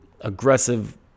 Aggressive